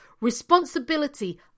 responsibility